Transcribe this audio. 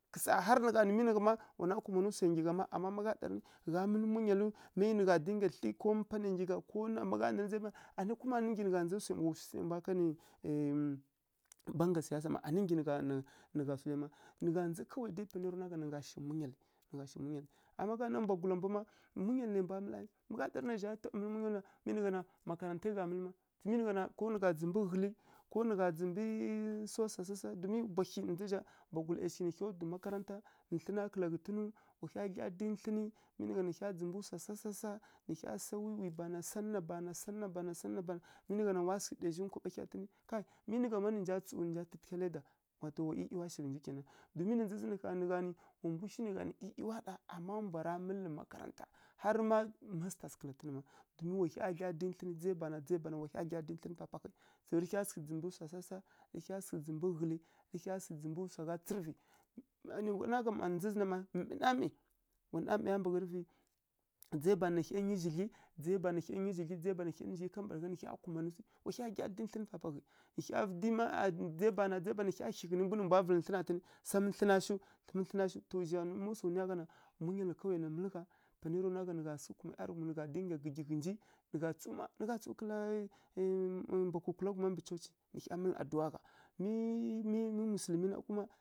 Saˈa harǝ nǝ gha nǝ ma wan sǝghǝ kumanǝ swai nggyi gha ma amma má gha ɗarǝ gha mǝlǝ munyalǝw miyi nǝ gha dinga thlǝ ko mpá nai nggyi gha ko anǝ kuma nǝ gha swai ɓai wa swu shi nai mbwa kanǝ banga siyasa mma, anǝ nggyi nǝ gha swu zha ma, nǝ gha ndza dai panai ya ra nwa gha nǝ gha shi munyalǝ, nǝ gha shi munyalǝ amma ma gha nanǝ mbwagula mbu ma munyalǝ nai mbwa mǝlǝ ma ma gha darǝ na zha taɓa mǝlǝ munyalǝw na mi nǝ gha na makarantai gha mǝlǝ ma mi nǝ gha na ko nǝ gha dzǝmbǝ ghǝlǝ ko nǝ gha ndzǝmbǝ saw swa sasa domin bwahyi na ndza zǝ zha mbwagulǝ ˈyashighǝ nǝ hya dwi makaranta thlǝna kǝla ghǝtǝnǝw wa hya dǝyi thlǝnǝ mi nǝ gha na nǝ hya dzǝmbǝ swa sasa sasa nǝ hya sa wyi-wyi bana nǝ hya sana bana, sa na bana, sa na bana mi nǝ gha na wa sǝghǝ daizhi nkwaɓa hya ghǝtǝn, kaˈi mi nǝ gha ma nǝ nja tsǝwi nǝ nja tǝtǝgha laida, wa to wa ˈyiˈyiwa shi ghŋji kena. Domin na ndza zǝ na ƙha nǝ gha nǝ wa mbu shi nai gha nǝ ˈyiˈyiwa ɗa ama mbwara mǝlǝ makaranta harǝ ma mastas na kǝla ghǝtǝn ma kuma wa hya dlya dǝyi thlǝn ndzai bana dzai bana, wa hya dǝyi thlǝn pahǝ-pahǝ. To rǝ hya sǝghǝ dzǝmbǝ saw swa sasa rǝ hya sǝghǝ dzǝmbǝ ghǝlǝ rǝ hya sǝghǝ dzǝmbǝ swa gha tsǝrǝvǝ namai wa namaiya mbaghǝrǝvǝ, dzai bana nǝ hya nyi zhidlyi, dzai bana nǝ hya nyi zhidlyi, dzai bana nǝ hya nyi zhidlyi, kambǝragha nǝ hya kumanǝ wa hya dǝyi thlǝnǝ papahǝi dzai bana, dzai bana nǝ hya hi ghǝtǝna mbwi nǝ mbwa vǝlǝ thlǝna ghǝtǝn sam thlǝna shiw kum thlǝna shiw. To ma swa nuya gha na munyalǝ kawai na mǝlǝ gha panai ya ra nwa gha nǝ gha sǝghǝ kuma ˈyarǝghum nǝ gha dinga gǝggyi ghǝnji, nǝ gha tsǝw mma nǝ gha tsǝw kǝla mbwa kukula ghuma mbǝ coci. Nǝ hya mǝlǝ adǝwa gha mi mi musulmi na na kuma.